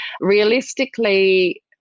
Realistically